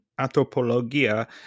anthropologia